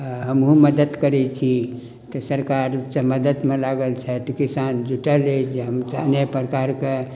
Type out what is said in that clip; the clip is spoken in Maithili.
हमहु मदद करै छी के सरकार सब मदद मे लागल छथि की किसान जुटल अछि जे हम तेहने प्रकार के